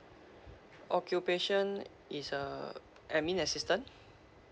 occupation is a administrative assistant